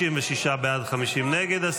56 בעד, 50 נגד.